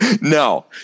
No